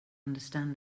understand